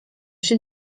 się